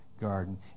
garden